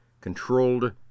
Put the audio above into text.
controlled